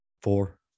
Four